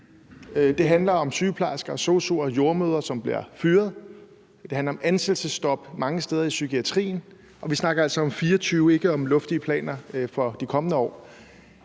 Det handler om sygeplejersker, sosu'er og jordemødre, som bliver fyret. Det handler om ansættelsesstop mange steder i psykiatrien, og vi snakker altså om 2024, ikke om luftige planer for de kommende år.